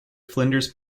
flinders